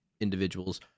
individuals